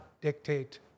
dictate